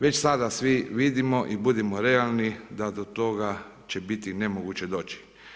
Već sada svi vidimo i budimo realni da do toga će biti nemoguće doći.